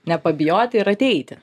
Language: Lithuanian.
nepabijoti ir ateiti